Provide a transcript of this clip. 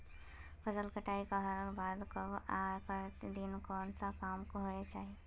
फसल कटाई करला के बाद कब आर केते दिन में कोन सा काम होय के चाहिए?